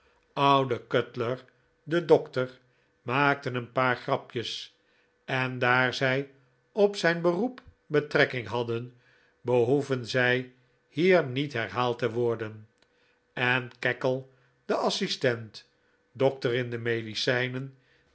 oude cutler de dokter maakte een paar grapjes en daar zij op zijn beroep betrekking hadden behoeven zij hier niet herhaald te worden en cackle de assistent dokter in de medicijnen